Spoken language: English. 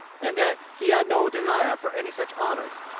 and that he had no desire for any such honors.